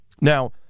Now